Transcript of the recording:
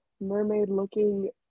mermaid-looking